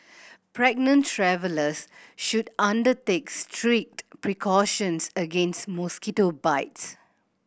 pregnant travellers should undertakes strict precautions against mosquito bites